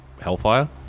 Hellfire